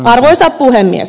arvoisa puhemies